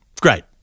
great